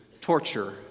torture